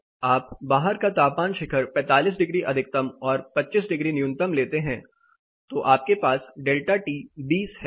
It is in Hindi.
आप बाहर का तापमान शिखर 45 डिग्री अधिकतम और 25 डिग्री न्यूनतम लेते हैं तो आपके पास डेल्टा टी 20 है